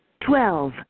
Twelve